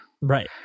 Right